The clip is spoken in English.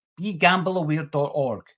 begambleaware.org